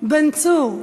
בן צור,